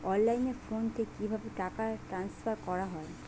অনলাইনে ফোন থেকে কিভাবে টাকা ট্রান্সফার করা হয়?